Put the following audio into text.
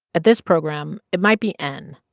at this program, it might be n.